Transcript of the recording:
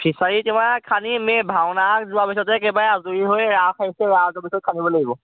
fishery তোমাৰ খান্দিম এই ভাওনা যোৱাৰ পিছতে একেবাৰে আজৰি হৈ ৰাস পিছত খান্দিব লাগিব